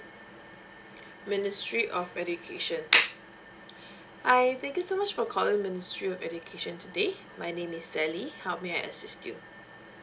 ministry of education hi thank you so much for calling ministry of education today my name is sally how may I assist you